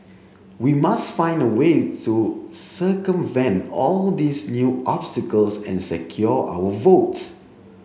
we must find a way to circumvent all these new obstacles and secure our votes